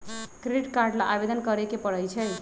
credit card ला आवेदन करे के परई छई